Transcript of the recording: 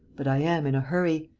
but i am in a hurry.